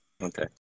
Okay